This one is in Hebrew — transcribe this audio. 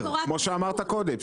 כמו שאמרת קודם,